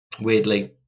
Weirdly